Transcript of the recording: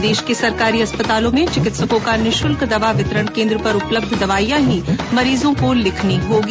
प्रदेश के सरकारी अस्पतालों में चिकित्सकों का निःशल्क दवा वितरण केन्द्र पर उपलब्ध दवाइयां ही मरीजों को लिखनी होगी